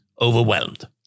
overwhelmed